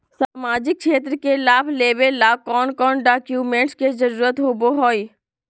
सामाजिक क्षेत्र के लाभ लेबे ला कौन कौन डाक्यूमेंट्स के जरुरत होबो होई?